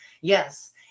Yes